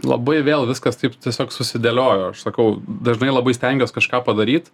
labai vėl viskas taip tiesiog susidėliojo aš sakau dažnai labai stengiuos kažką padaryt